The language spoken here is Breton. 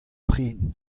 tren